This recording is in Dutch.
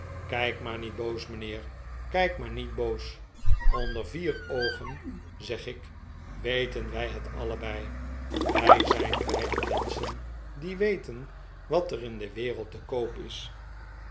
kijk maar niet boos mijnheer kijk maar niet boos onder vier oogen zegik weten wij het allebei wij zijn beiden menschen die weten wat er in de wereld te koop is